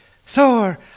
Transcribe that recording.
Thor